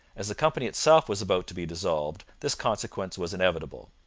as the company itself was about to be dissolved, this consequence was inevitable.